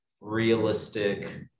realistic